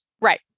Right